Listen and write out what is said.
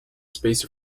space